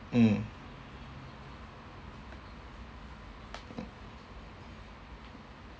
mm